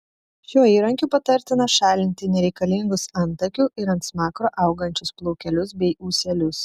šiuo įrankiu patartina šalinti nereikalingus antakių ir ant smakro augančius plaukelius bei ūselius